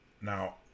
Now